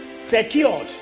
secured